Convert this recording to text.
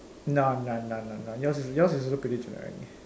nah nah nah nah nah yours yours is also pretty generic